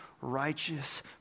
righteous